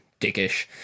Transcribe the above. dickish